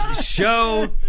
show